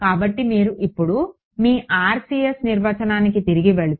కాబట్టి మీరు ఇప్పుడు మీ RCS నిర్వచనానికి తిరిగి వెళితే